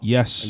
Yes